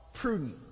Prudent